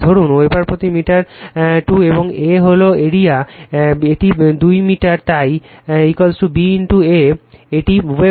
ধরুন ওয়েবার প্রতি মিটার 2 এবং A হল এরিয়া এটি 2 মিটার তাই B A এটি ওয়েবার